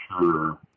sure